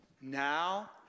Now